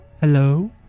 Hello